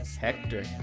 Hector